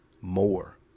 more